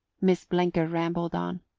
miss blenker rambled on.